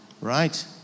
right